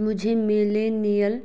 मुझे मिलेनियल